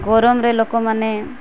ଗରମରେ ଲୋକମାନେ